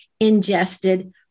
ingested